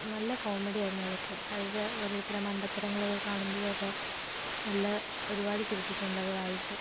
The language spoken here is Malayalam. നല്ല കോമഡി ആയിരുന്നു അതൊക്കെ അവരുടെ ഓരോരുത്തരുടെ മണ്ടത്തരങ്ങളൊക്കെ കാണുമ്പഴൊക്കെ നല്ല ഒരുപാട് ചിരിച്ചിട്ടുണ്ട് അത് വായിച്ച്